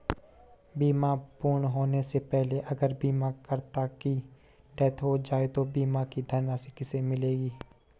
बीमा पूर्ण होने से पहले अगर बीमा करता की डेथ हो जाए तो बीमा की धनराशि किसे मिलेगी?